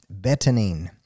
Betanine